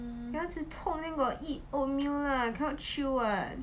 牙齿痛 then got eat oatmeal lah cannot chew [what]